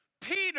Peter